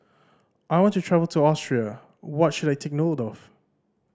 I want to travel to Austria what should I take note of